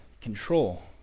control